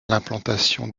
l’implantation